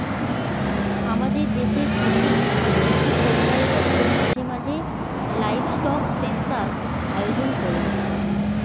আমাদের দেশের কৃষি ও কৃষি কল্যাণ দপ্তর মাঝে মাঝে লাইভস্টক সেন্সাস আয়োজন করেন